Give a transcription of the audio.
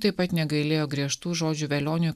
taip pat negailėjo griežtų žodžių velioniui